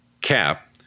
cap